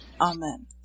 Amen